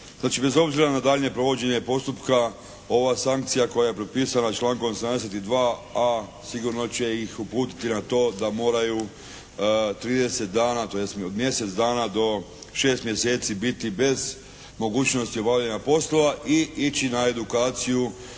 bez obzira na daljnje provođenje postupka ova sankcija koja je propisana člankom 72.a sigurno će ih uputiti na to da moraju trideset dana tj. od mjesec dana do šest mjeseci biti bez mogućnosti obavljanja poslova i ići a edukaciju